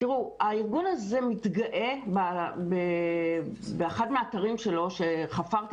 הארגון הזה מתגאה באחד מהאתרים שלו שחפרתי